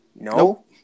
No